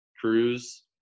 cruise